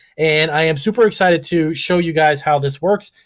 and i am super excited to show you guys how this works.